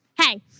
hey